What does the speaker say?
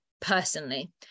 personally